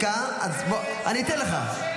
קודם רציתי משהו --- אני אתן לך,